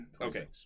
Okay